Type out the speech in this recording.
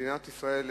מדינת ישראל,